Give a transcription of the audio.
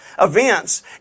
events